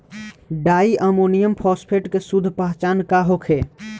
Di ammonium phosphate के शुद्ध पहचान का होखे?